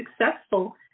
successful